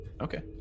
Okay